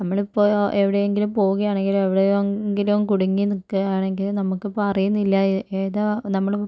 നമ്മള് ഇപ്പോൾ എവിടെയെങ്കിലും പോകുകയാണെങ്കില് എവിടെയെങ്കിലും കുടുങ്ങി നിക്കുവാണെങ്കിലും നമ്മക്കിപ്പം അറിയുന്നില്ല ഏതാ നമ്മളും